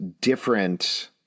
different